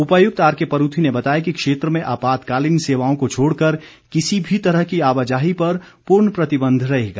उपायुक्त R K Paruthi ने बताया कि क्षेत्र में आपातकालीन सेवाओं को छोड़कर किसी भी तरह की आवाजाही पर पूर्ण प्रतिबंध रहेगा